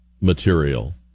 material